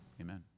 Amen